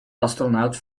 astronaut